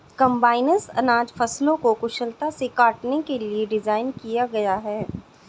combines अनाज फसलों को कुशलता से काटने के लिए डिज़ाइन किया गया है